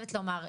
חייבת לומר.